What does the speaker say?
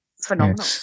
phenomenal